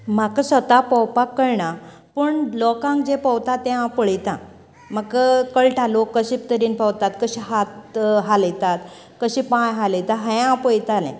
म्हाका स्वताक पोंवपाक कळना पूण लोकांक जें पोंवता तें हांव पळयतां म्हाका कळटा लोक कशें तरेन पोंवता कशें हात हालयतात कशें पांय हालयतात हें हांव पयतालें